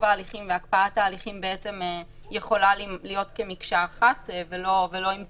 ההליכים והקפאת ההליכים יכולים להיות כמקשה אחת ולא עם פערים.